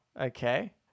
Okay